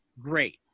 Great